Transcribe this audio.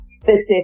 Specific